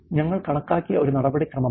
ഞങ്ങൾ കണക്കാക്കിയ ഒരു നടപടിക്രമമുണ്ട്